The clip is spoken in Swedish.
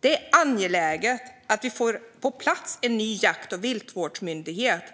Det är angeläget att vi får på plats en ny jakt och viltvårdsmyndighet